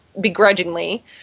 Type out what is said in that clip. begrudgingly